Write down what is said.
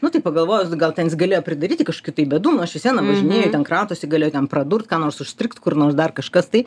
nu tai pagalvojus gal ten jis galėjo pridaryti kažkokių tai bėdų nu aš vis viena važinėju ten kratosi galėjo ten pradurt ką nors užstrigt kur nors dar kažkas tai